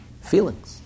feelings